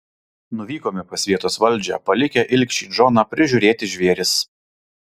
nuvykome pas vietos valdžią palikę ilgšį džoną prižiūrėti žvėris